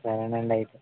సరేనండి అయితే